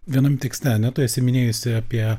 vienam tekste ar ne tu esi minėjusi apie